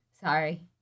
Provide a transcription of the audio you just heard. Sorry